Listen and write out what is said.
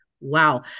Wow